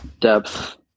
Depth